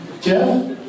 Jeff